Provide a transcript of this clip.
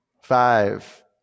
Five